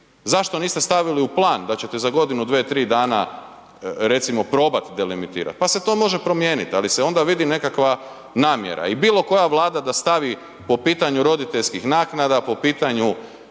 Zašto niste stavili u plan da ćete za godinu, dvije, tri dana recimo probat delimitirat pa se to može promijeniti, ali se onda vidi nekakva namjera. I bilo koja vlada da stavi po pitanju roditeljskih naknada, po pitanju